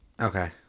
Okay